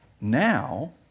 now